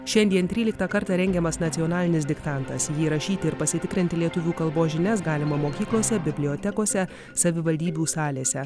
šiandien tryliktą kartą rengiamas nacionalinis diktantas jį rašyti ir pasitikrinti lietuvių kalbos žinias galima mokyklose bibliotekose savivaldybių salėse